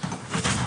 שם.